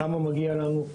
כמה מגיע לנו,